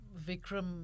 Vikram